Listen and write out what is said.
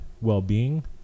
well-being